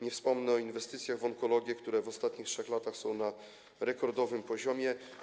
Nie wspomnę o inwestycjach w onkologię, które w ostatnich 3 latach są na rekordowym poziomie.